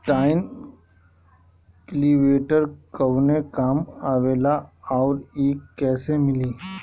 Tine cultivator कवने काम आवेला आउर इ कैसे मिली?